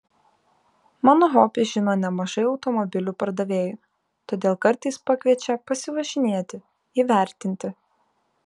mano hobį žino nemažai automobilių pardavėjų todėl kartais pakviečia pasivažinėti įvertinti